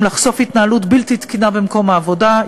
לחשוף התנהלות בלתי תקינה במקום העבודה,